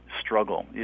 struggle